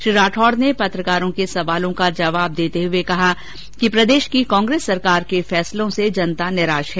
श्री राठौड़ ने पत्रकारों के सवालों का जवाब देते हुए कहा कि प्रदेश की कांग्रेस सरकार के फैसलों से जनता निराश है